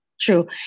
True